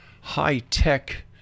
high-tech